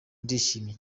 ndishimye